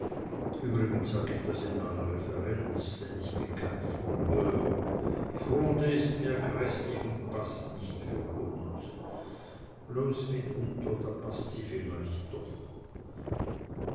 übrigens sag ich das in aller reverenz denn ich bin kein frondeur fronde mir gräßlich und paßt nicht für uns bloß mitunter da paßt sie doch